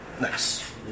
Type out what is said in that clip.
Nice